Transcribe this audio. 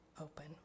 open